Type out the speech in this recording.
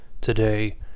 today